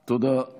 תודה.